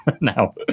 now